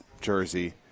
jersey